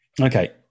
Okay